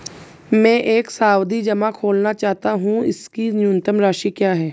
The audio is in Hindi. मैं एक सावधि जमा खोलना चाहता हूं इसकी न्यूनतम राशि क्या है?